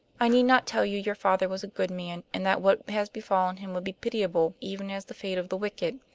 i need not tell you your father was a good man, and that what has befallen him would be pitiable, even as the fate of the wicked.